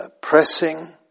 pressing